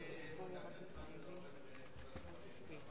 אני מקבל את מה שאתה אומר,